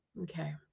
Okay